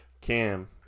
cam